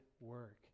work